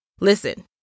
Listen